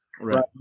right